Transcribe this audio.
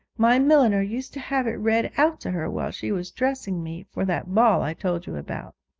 my milliner used to have it read out to her while she was dressing me for that ball i told you about